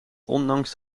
ondanks